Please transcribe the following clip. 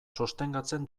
sostengatzen